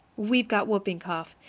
we've got whooping cough,